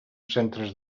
centres